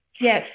yes